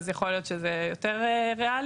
יכול להיות שזה יותר ריאלי,